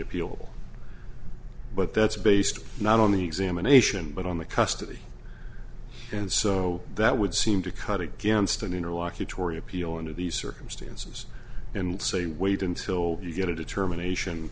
appealed but that's based not on the examination but on the custody and so that would seem to cut against an interlocutory appeal into these circumstances and say wait until you get a determination